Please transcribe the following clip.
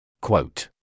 Quote